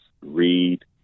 read